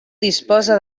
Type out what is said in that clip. disposa